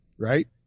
right